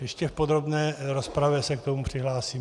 Ještě v podrobné rozpravě se k tomu přihlásím.